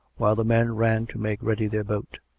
while the men ran to make ready their boat.